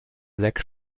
sechs